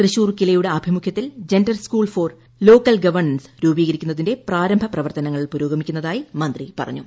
തൃശൂർ കിലയ്യൂടെ ആഭിമുഖ്യത്തിൽ gender school for local governance രൂപീകരിക്കുന്നതിന്റെ പ്രാരംഭ പ്രവർത്തനങ്ങൾ പുരോഗ്മിക്കുന്നതായി മന്ത്രി പറഞ്ഞു